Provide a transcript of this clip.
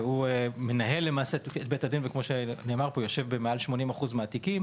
שהוא מנהל למעשה את בית הדין ויושב במעל 80% מהתיקים